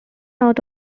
out